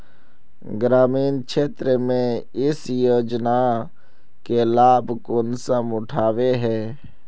ग्रामीण क्षेत्र में इस योजना के लाभ कुंसम उठावे है?